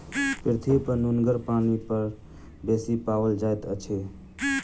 पृथ्वीपर नुनगर पानि बड़ बेसी पाओल जाइत अछि